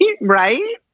Right